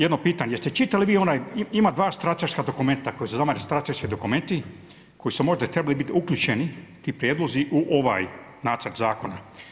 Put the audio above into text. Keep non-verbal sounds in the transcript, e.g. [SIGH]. Jedno pitanje, jeste čitali vi onaj, ima dva strateška dokumenta, koji se … [UNINTELLIGIBLE] strateški dokumenti, koji su možda trebali biti uključeni ti prijedlozi u ovaj nacrt zakona.